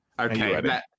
Okay